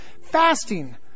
Fasting